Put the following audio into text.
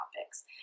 topics